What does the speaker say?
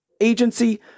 agency